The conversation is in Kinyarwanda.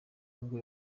n’ubwo